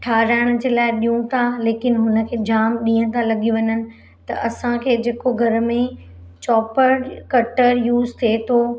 ठहिराइण जे लाइ ॾियूं था लेकिन हुन खे जामु ॾींहं था लॻी वञनि त असांखे जेको घर में चॉपर कटर यूज़ थिए थो